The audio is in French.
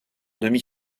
demi